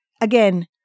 Again